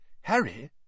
Harry